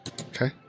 okay